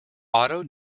otto